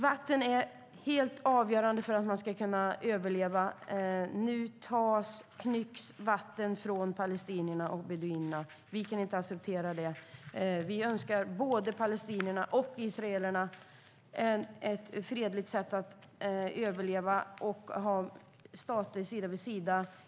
Vatten är helt avgörande för att man ska kunna överleva. Nu knycks vatten från palestinierna och beduinerna. Vi kan inte acceptera det. Vi önskar både palestinierna och israelerna ett fredligt sätt att överleva och ha stater sida vid sida.